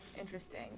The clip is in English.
Interesting